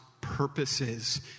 purposes